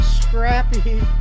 scrappy